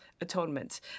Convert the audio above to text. atonement